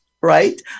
right